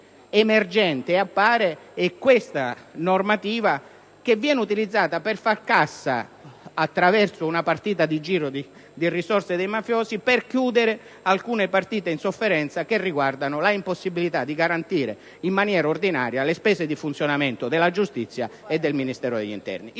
emergente è questa normativa che viene utilizzata per far cassa, attraverso una partita di giro di risorse dei mafiosi, per chiudere alcune partite in sofferenza che riguardano l'impossibilità di garantire in maniera ordinaria le spese di funzionamento della giustizia e del Ministero dell'interno.